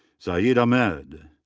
zaid ahmed.